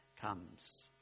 comes